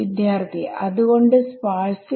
വിദ്യാർത്ഥി അത്കൊണ്ട് സ്പാർസ് ൽ